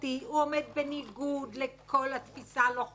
הוא עומד בניגוד לכל התפישה הלוחמתית.